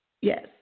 yes